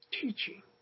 Teaching